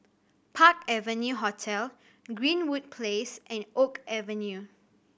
Park Avenue Hotel Greenwood Place and Oak Avenue